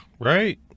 right